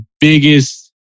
biggest